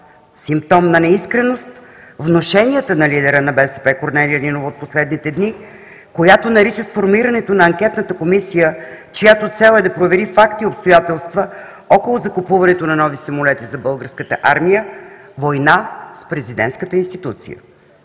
симптом на неискреност, внушенията на лидера на БСП – Корнелия Нинова, от последните дни, която нарича сформирането на анкетната комисия, чиято цел е да провери факти и обстоятелства около закупуването на нови самолети за българската армия, война с президентската институция.